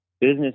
business